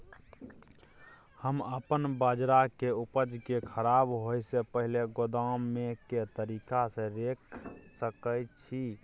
हम अपन बाजरा के उपज के खराब होय से पहिले गोदाम में के तरीका से रैख सके छी?